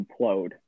implode